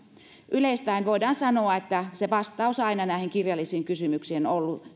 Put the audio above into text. yleistäen voidaan sanoa että se vastaus näihin kirjallisiin kysymyksiin on aina ollut